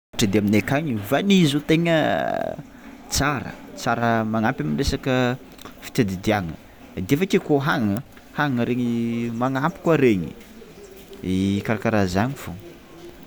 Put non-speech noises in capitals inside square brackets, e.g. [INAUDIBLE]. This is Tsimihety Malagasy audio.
[UNINTELLIGIBLE] Aminay akagny vanille zao tegna tsara tsara magnampy am'resaka fitadidiagna de avy akeo koa hagnana hagnana regny magnampy koa regny, i karakaraha zany fao.